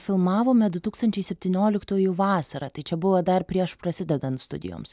filmavome du tūkstančiai septynioliktųjų vasarą tai čia buvo dar prieš prasidedant studijoms